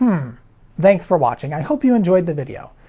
thanks for watching, i hope you enjoyed the video!